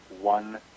one